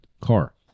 car